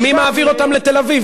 ומי מעביר אותם לתל-אביב?